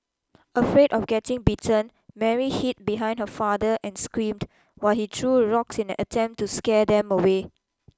afraid of getting bitten Mary hid behind her father and screamed while he threw rocks in an attempt to scare them away